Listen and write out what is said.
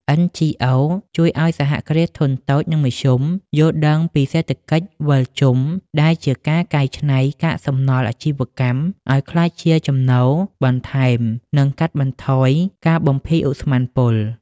NGOs ជួយឱ្យ សហគ្រាសធុនតូច និងមធ្យម យល់ដឹងពីសេដ្ឋកិច្ចវិលជុំ ដែលជាការកែច្នៃកាកសំណល់អាជីវកម្មឱ្យក្លាយជាចំណូលបន្ថែម និងកាត់បន្ថយការបំភាយឧស្ម័នពុល។